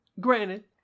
Granted